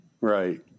Right